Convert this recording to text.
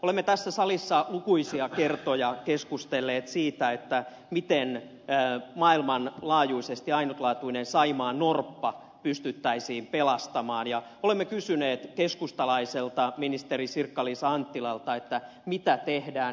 olemme tässä salissa lukuisia kertoja keskustelleet siitä miten maailmanlaajuisesti ainutlaatuinen saimaannorppa pystyttäisiin pelastamaan ja olemme kysyneet keskustalaiselta ministeri sirkka liisa anttilalta mitä tehdään